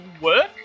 work